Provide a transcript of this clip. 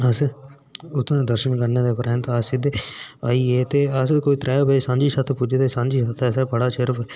अस उत्थूं दे दर्शन करने दे परैंत अस सिद्धे आई गे इै अस कोई त्रै बजे सांझी छत्त पुज्जे ते सांझी छत असें बड़े चिर